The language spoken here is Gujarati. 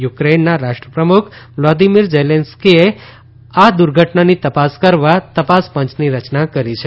યુક્રેઇનના રાષ્ટ્રપ્રમુખ વ્લોદીમીર ઝેલેન્સ્કી એ આ દૂર્ધટનાની તપાસ કરવા તપાસ પંચની રચના કરી છે